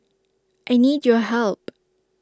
I need your help